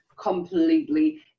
completely